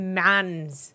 mans